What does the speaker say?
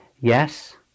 Yes